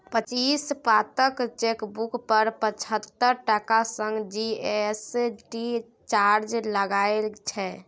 पच्चीस पातक चेकबुक पर पचहत्तर टका संग जी.एस.टी चार्ज लागय छै